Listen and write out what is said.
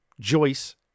Joyce